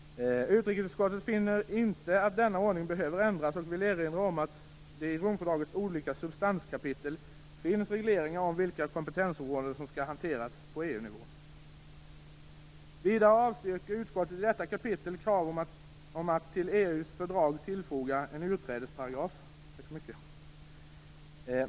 Utrikesutskottet finner inte att denna ordning behöver ändras och vill erinra om att det i Romfördragets olika substanskapitel finns regleringar om vilka kompetensområden som skall hanteras på EU-nivå. Vidare avstyrker utskottet i detta kapitel krav om att till EU:s fördrag foga en utträdesparagraf.